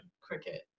cricket